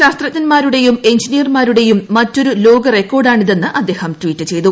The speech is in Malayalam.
ശാസ്ത്രജ്ഞന്മാരുടെയും ഇന്ത്യൻ എഞ്ചിനീയർമാരുടെയും മറ്റൊരു ലോക്ട് റെക്കോർഡാണിതെന്ന് അദ്ദേഹം ട്യീറ്റ് ചെയ്തു